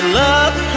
love